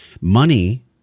Money